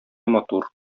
матур